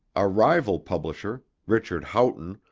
a rival publisher, richard haughton,